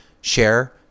Share